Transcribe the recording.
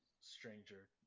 stranger